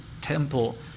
temple